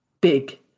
big